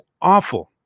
awful